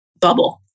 bubble